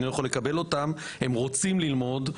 אני לא יכול לקבל אותם והם רוצים ללמוד,